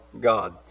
God